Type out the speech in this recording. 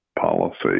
policy